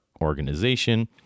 organization